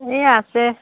এই আছে